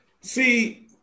See